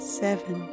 seven